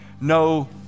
No